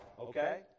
Okay